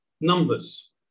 Numbers